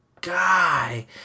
guy